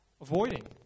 avoiding